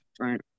right